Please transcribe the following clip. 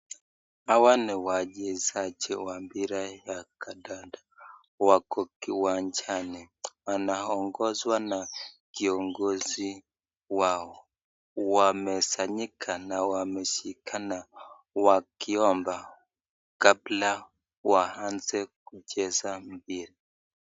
Hawa ni wachezaji wa mpira ya kandanda wako kiwanjani wanaongozwa na kiongozi wao. Wamesanyika na wameshikana wakiomba kabla waanze kucheza mpira.